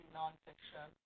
nonfiction